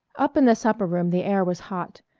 up in the supper room the air was hot.